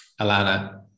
alana